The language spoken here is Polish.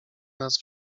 nas